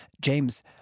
James